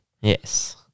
Yes